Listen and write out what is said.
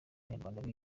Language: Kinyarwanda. b’abanyarwanda